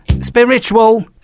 Spiritual